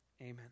Amen